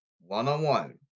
one-on-one